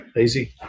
easy